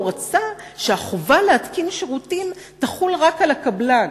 הוא רצה שהחובה להתקין שירותים תחול רק על הקבלן,